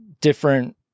different